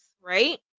right